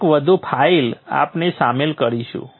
એક વધુ ફાઇલ આપણે સામેલ કરીશું